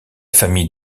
famille